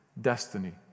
destiny